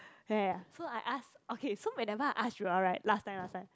ya ya ya so I ask okay so whenever I ask Joel right last time last time